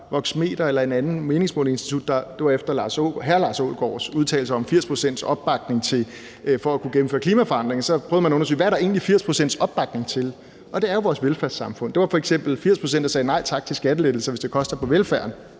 Voxmeter eller et andet meningsmålingsinstitut, der efter klimaministerens udtalelse om 80 pct.s opbakning for at kunne gennemføre forandringer i forhold til klimaet prøvede at undersøge, hvad der egentlig er 80 pct.s opbakning til, og det er jo til vores velfærdssamfund. Der var f.eks. 80 pct., der sagde nej tak til skattelettelser, hvis det koster på velfærden